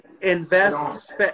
Invest